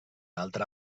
altra